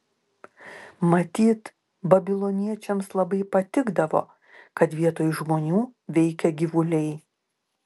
matyt babiloniečiams labai patikdavo kad vietoj žmonių veikia gyvuliai